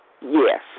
Yes